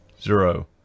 zero